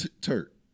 Turk